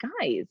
guys